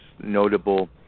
notable